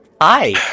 Hi